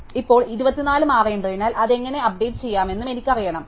ഇപ്പോൾ 24 മാറേണ്ടതിനാൽ അത് എങ്ങനെ അപ്ഡേറ്റ് ചെയ്യാമെന്നും എനിക്ക് അറിയണം